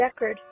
Deckard